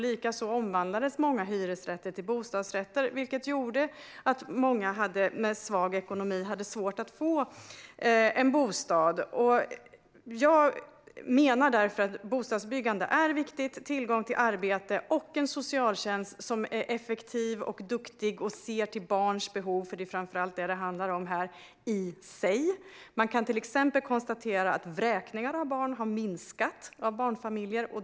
Likaså omvandlades många hyresrätter till bostadsrätter, vilket gjorde att många med svag ekonomi hade svårt att få en bostad. Jag menar därför att bostadsbyggande är viktigt. Det gäller också tillgång till arbete och en socialtjänst som är effektiv och duktig och ser barns behov. Det är framför allt vad det handlar om i sig. Man kan till exempel konstatera att vräkningar av barnfamiljer har minskat.